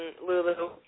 Lulu